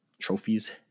trophies